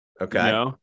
Okay